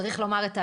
צריך לומר את האמת: